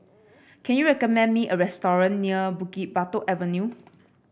can you recommend me a restaurant near Bukit Batok Avenue